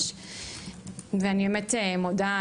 ואני ממש מודה לכם.